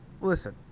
listen